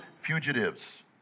fugitives